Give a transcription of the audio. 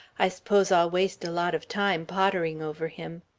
i s'pose i'll waste a lot of time pottering over him.